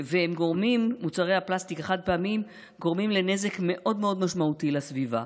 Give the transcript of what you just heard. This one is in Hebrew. מוצרי הפלסטיק החד-פעמיים גורמים לנזק מאוד מאוד משמעותי לסביבה,